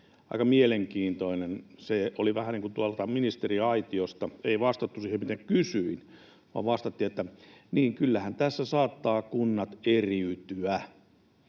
aika mielenkiintoinen. Se oli vähän niin kuin tuolta ministeriaitiosta — ei vastattu siihen, mitä kysyin, vaan vastattiin, että niin, kyllähän tässä kunnat saattavat eriytyä,